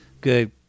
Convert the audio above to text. good